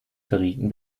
verrieten